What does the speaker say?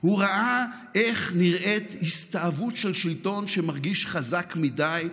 הוא ראה איך נראית הסתאבות של שלטון שמרגיש חזק מדי,